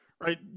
right